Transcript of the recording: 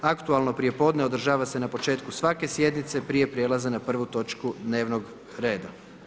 Aktualno prijepodne održava se na početku svake sjednice prije prijelaza na 1. točku dnevnog reda.